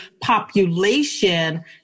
population